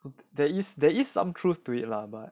but there is there is some truth to it lah but